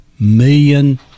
million